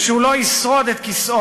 והוא לא ישרוד על כיסאו.